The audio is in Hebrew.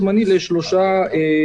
קח היתר זמני לשלושה חודשים.